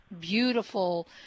beautiful